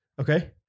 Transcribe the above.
Okay